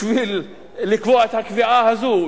בשביל לקבוע את הקביעה הזאת,